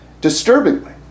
disturbingly